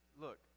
look